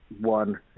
one